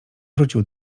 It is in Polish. wrócił